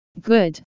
good